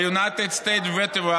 a United States veteran,